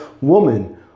woman